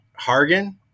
Hargan